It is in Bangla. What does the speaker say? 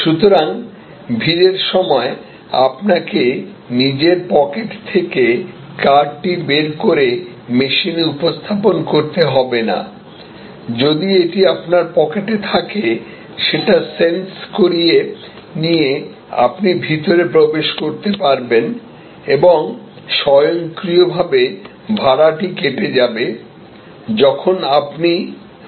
সুতরাং ভিড়ের সময় আপনাকে নিজের পকেট থেকে কার্ডটি বের করে মেশিনে উপস্থাপন করতে হবে না যদি এটি আপনার পকেটে থাকে সেটা সেন্সকরিয়ে নিয়ে আপনি ভিতরে প্রবেশ করতে পারবেন এবং স্বয়ংক্রিয়ভাবে ভাড়াটি কেটে যাবে যখন আপনি বাইরে যাবেন